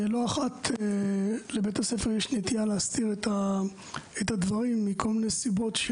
לא אחת לבית הספר יש נטייה להסתיר את הדברים מכל מיני סיבות.